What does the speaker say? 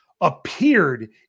appeared